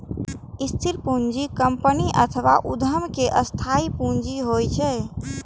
स्थिर पूंजी कंपनी अथवा उद्यम के स्थायी पूंजी होइ छै